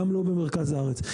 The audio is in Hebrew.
גם לא במרכז הארץ.